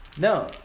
No